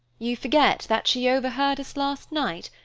you forget that she overheard us last night,